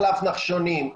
מחלף נחשונים,